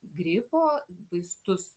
gripo vaistus